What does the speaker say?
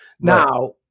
Now –